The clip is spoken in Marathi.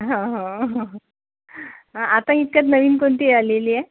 हां हां हां हां आता इतक्यात नवीन कोणती आलेली आहे